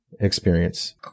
experience